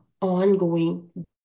ongoing